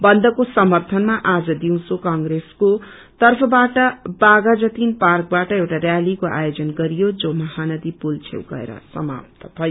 बन्दको समर्थनमा आज दिउसो क्रेसको तर्फबाट बाधाजतीन पार्कबाट एउटा च्यालीको आयोजन गरियो जो महानदी पुल छेउ गएर समाप्त भयो